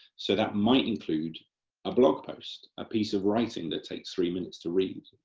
so that might include a blog post, a piece of writing that takes three minutes to read,